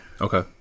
Okay